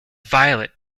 violet